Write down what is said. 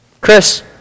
Chris